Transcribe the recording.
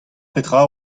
petra